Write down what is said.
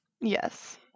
Yes